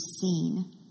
seen